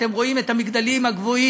אתם רואים את המגדלים הגבוהים,